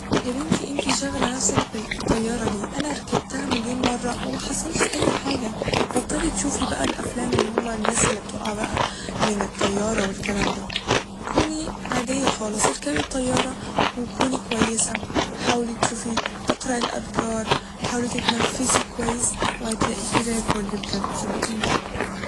يا بنتي انتي شاغلة نفسك بالطيارة ليه ، انا ركبتها مليون مرة ومحصلش أي حاجة ، بطلي تشوفي بقى الأفلام اللي هما الناس اللي بتقع بقى من الطيارة والكلام ده كوني عادية خالص ، اركبي الطيارة وكوني كويسة ، حاولي تشوفي تقرأي الأذكار حاولي تتنفسي كويس وهتلاقيكي زي الفل بجد صدقيني